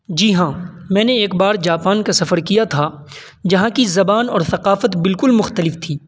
جی ہاں میں نے ایک بار جاپان کا سفر کیا تھا جہاں کی زبان اور ثقافت بالکل مختلف تھی